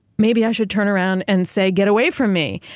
maybe i should turn around and say, get away from me.